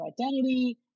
identity